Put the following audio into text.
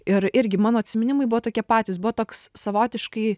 ir irgi mano atsiminimai buvo tokie patys buvo toks savotiškai